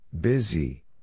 Busy